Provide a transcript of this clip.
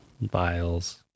vials